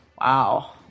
Wow